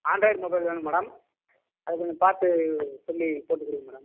Android mobile வேணும் madam அது கொஞ்சம் பார்த்து சொல்லி போட்டுக் கொடுங்க மேடம்